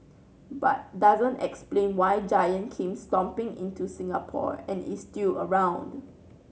but doesn't explain why Giant came stomping into Singapore and is still around